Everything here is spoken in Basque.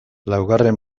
laugarren